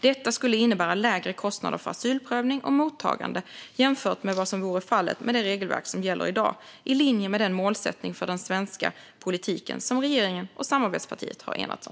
Detta skulle innebära lägre kostnader för asylprövning och mottagande jämfört med vad som vore fallet med det regelverk som gäller i dag, i linje med den målsättning för den svenska politiken som regeringen och samarbetspartiet enats om.